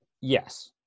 Yes